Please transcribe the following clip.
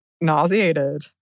nauseated